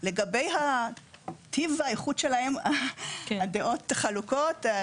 לגבי טיב והאיכות שלהם, הדעות חלוקות.